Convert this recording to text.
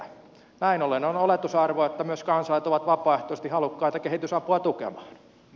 näin ollen on oletusarvo että myös kansalaiset ovat vapaaehtoisesti halukkaita kehitysapua tukemaan